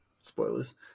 spoilers